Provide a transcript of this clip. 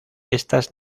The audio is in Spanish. estas